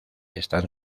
están